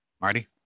Marty